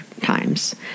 times